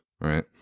right